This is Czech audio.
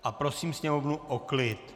A prosím sněmovnu o klid.